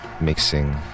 mixing